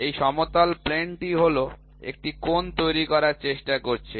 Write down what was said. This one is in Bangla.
এই সমতল প্লেনটি একটি কোণ তৈরি করার চেষ্টা করছে